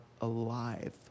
alive